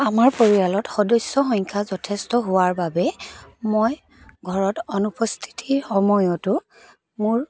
আমাৰ পৰিয়ালত সদস্য সংখ্যা যথেষ্ট হোৱাৰ বাবে মই ঘৰত অনুপস্থিতিৰ সময়তো মোৰ